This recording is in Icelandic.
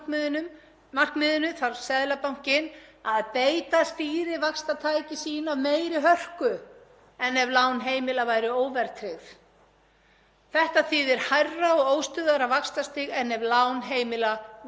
Þetta þýðir hærra og óstöðugra vaxtastig en ef lán heimila væru almennt óverðtryggð. Í fjórða lagi: Hærra og óstöðugra vaxtastig ýtir undir vaxtamunaviðskipti og gjaldeyrisbólur.